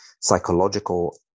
psychological